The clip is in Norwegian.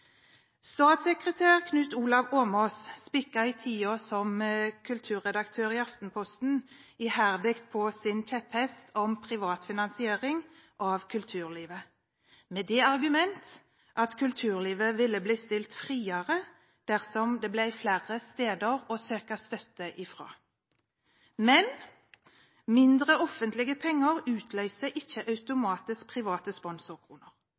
Statssekretær Knut Olav Åmås spikket i tiden som kulturredaktør i Aftenposten iherdig på sin kjepphest om privat finansiering av kulturlivet, med det argument at kulturlivet ville bli stilt friere dersom det ble flere steder å søke støtte fra. Men mindre offentlige penger utløser ikke automatisk private sponsorkroner.